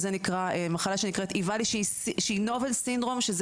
וזו מחלה שנקראתEVALI שהיא --- syndrome שזה